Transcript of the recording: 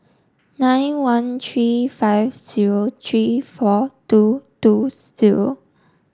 nine one three five zero three four two two zero